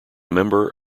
member